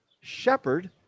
shepherd